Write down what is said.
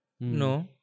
No